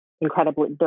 incredibly